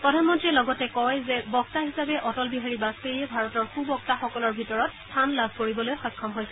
প্ৰধানমন্ত্ৰীয়ে লগতে কয় যে বক্তা হিচাপে অটল বিহাৰী বাজপেয়ীয়ে ভাৰতৰ সুবক্তাসকলৰ ভিতৰত স্থান দখল কৰিবলৈ সক্ষম হৈছিল